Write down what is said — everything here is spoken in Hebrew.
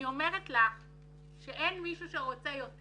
אני אומרת לך שאין מישהו שרוצה יותר